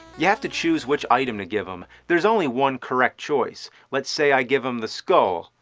you have to choose which item to give him. there is only one correct choice. letis say i give him the skull.